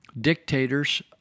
dictators